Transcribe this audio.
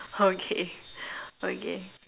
okay okay